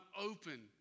open